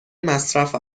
مصرف